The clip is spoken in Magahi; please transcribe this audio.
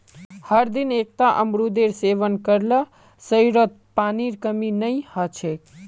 हरदिन एकता अमरूदेर सेवन कर ल शरीरत पानीर कमी नई ह छेक